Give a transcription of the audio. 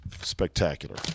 spectacular